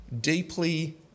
deeply